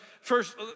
First